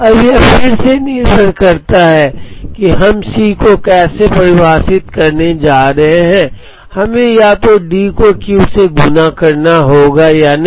अब यह फिर से निर्भर करता है कि हम C को कैसे परिभाषित करने जा रहे हैं हमें या तो D को Q से गुणा करना होगा या नहीं